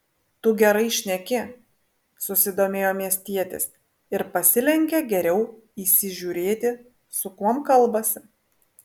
tu gerai šneki susidomėjo miestietis ir pasilenkė geriau įsižiūrėti su kuom kalbasi